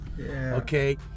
okay